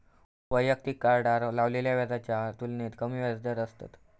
वैयक्तिक कार्डार लावलेल्या व्याजाच्या तुलनेत कमी व्याजदर असतत